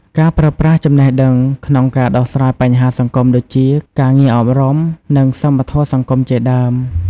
ការប្រើប្រាស់ចំណេះដឹងក្នុងការដោះស្រាយបញ្ហាសង្គមដូចជា ការងារអប់រំ និងសមធម៌សង្គមជាដើម។